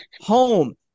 home